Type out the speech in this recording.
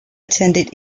attended